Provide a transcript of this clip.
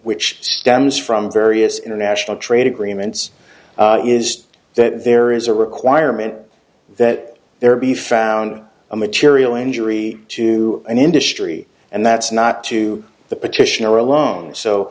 which stems from various international trade agreements is that there is a requirement that there be found a material injury to an industry and that's not to the petitioner alone so